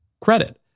credit